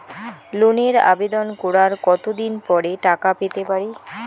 লোনের আবেদন করার কত দিন পরে টাকা পেতে পারি?